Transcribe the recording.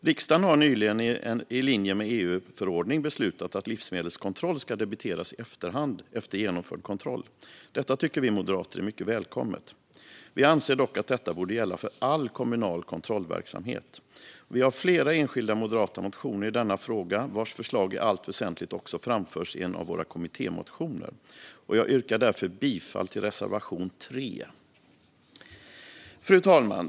Riksdagen har nyligen i linje med en EU-förordning beslutat att livsmedelskontroll ska debiteras i efterhand efter genomförd kontroll. Detta tycker vi moderater är mycket välkommet. Vi anser dock att detta borde gälla för all kommunal kontrollverksamhet. Vi har flera enskilda moderata motioner i denna fråga vars förslag i allt väsentligt också framförs i en av våra kommittémotioner. Jag yrkar därför bifall till reservation 3. Fru talman!